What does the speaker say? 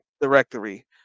directory